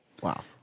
Wow